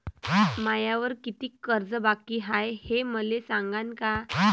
मायावर कितीक कर्ज बाकी हाय, हे मले सांगान का?